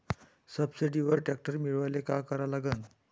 सबसिडीवर ट्रॅक्टर मिळवायले का करा लागन?